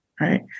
right